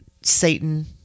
Satan